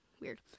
weird